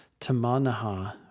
tamanaha